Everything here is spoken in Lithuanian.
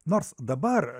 nors dabar